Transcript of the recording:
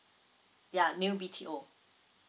ya new B_T_O